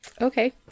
Okay